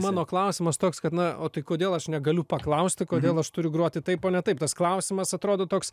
mano klausimas toks kad na o tai kodėl aš negaliu paklausti kodėl aš turiu groti taip o ne taip tas klausimas atrodo toks